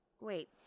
Wait